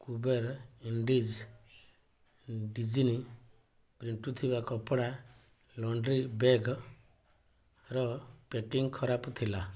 Kuber industries Disney print କପଡ଼ା laundry ବ୍ୟାଗ୍ର packing ଖରାପ ଥିଲା